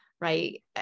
right